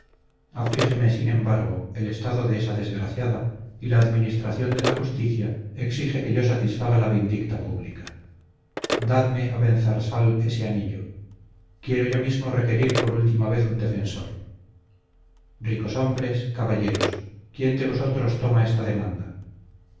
aflígeme sin embargo el estado de esa desgraciada y la administración de la justicia exige que yo satisfaga la vindicta pública dadme abenzarsal ese anillo quiero yo mismo requerir por última vez un defensor ricos hombres caballeros quién de vosotros toma esta demanda